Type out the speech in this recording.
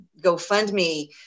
GoFundMe